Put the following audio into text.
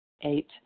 Eight